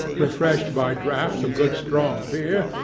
refreshed by draughts of good strong beer,